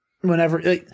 Whenever